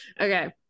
Okay